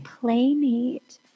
playmate